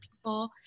people